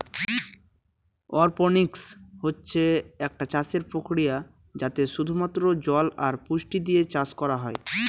অরপনিক্স হচ্ছে একটা চাষের প্রক্রিয়া যাতে শুধু মাত্র জল আর পুষ্টি দিয়ে চাষ করা হয়